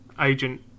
agent